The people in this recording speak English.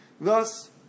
Thus